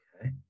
Okay